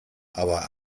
aber